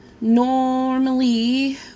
normally